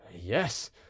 yes